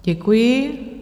Děkuji.